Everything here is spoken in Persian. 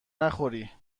نخوری